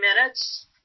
minutes